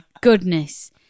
goodness